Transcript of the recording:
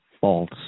false